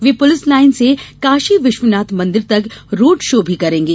वे police line से काशी विश्वनाथ मंदिर तक रोड शो भी करेंगे